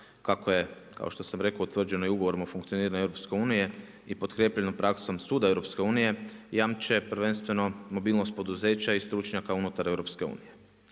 kako je kao što sam rekao utvrđeno i ugovorom o funkcioniranju EU i potkrijepljeno praksom suda EU jamče prvenstveno mobilnost poduzeća i stručnjaka unutar EU.